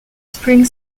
spring